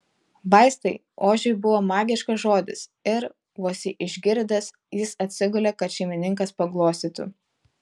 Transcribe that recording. vaistai ožiui buvo magiškas žodis ir vos jį išgirdęs jis atsigulė kad šeimininkas paglostytų